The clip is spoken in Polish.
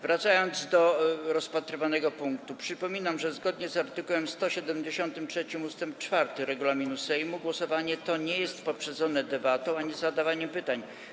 Wracając do rozpatrywanego punktu, przypominam, że zgodnie z art. 173 ust. 4 regulaminu Sejmu głosowanie to nie jest poprzedzone debatą ani zadawaniem pytań.